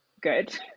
good